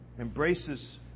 Embraces